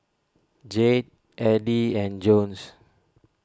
Jade Eddie and Jones